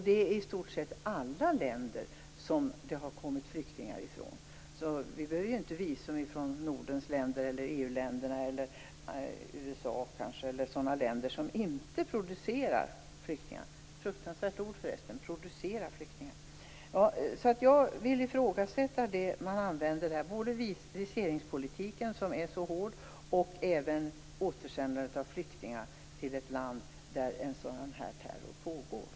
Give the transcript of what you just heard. Det är i stort sett alla länder som det har kommit flyktingar från. Visum behövs ju inte när det gäller Nordens länder, EU-länderna och kanske USA, eller sådana länder som inte "producerar" - ett fruktansvärt ord - flyktingar. Jag ifrågasätter det som man här använder. Jag avser då både viseringspolitiken, som är så hård, och återsändandet av flyktingar till ett land där sådan här terror pågår.